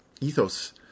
ethos